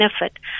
benefit